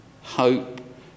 hope